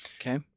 Okay